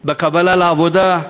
בקבלה לעבודה?